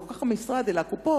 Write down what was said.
לא כל כך המשרד אלא הקופות,